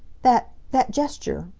that that gesture.